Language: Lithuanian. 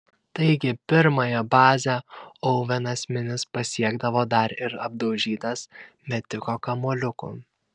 taigi pirmąją bazę ovenas minis pasiekdavo dar ir apdaužytas metiko kamuoliukų